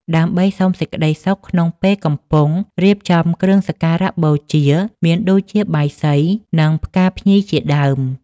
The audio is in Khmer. ដើម្បីសុំសេចក្តីសុខក្នុងពេលកំពុងរៀបចំគ្រឿងសក្ការៈបូជា មានដូចជាបាយស្រី និងផ្កាភ្ញីជាដើម។